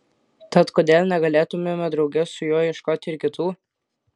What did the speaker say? tad kodėl negalėtumėme drauge su juo ieškoti ir kitų